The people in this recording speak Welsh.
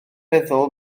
feddwl